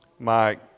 Mike